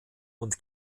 und